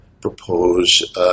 propose